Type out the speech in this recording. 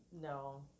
no